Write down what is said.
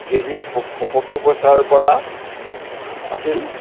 KG প পঁয়সত্তৰ পইচাৰ পৰা আছিল